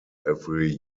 every